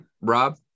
Rob